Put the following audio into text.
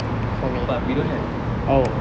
but we don't have